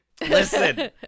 Listen